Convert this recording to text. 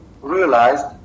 realized